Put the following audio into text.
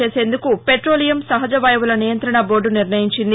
చేసేందుకు పెట్రోలియం సహజ వాయువుల నియంత్రణ బోర్దు నిర్ణయించింది